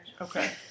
Okay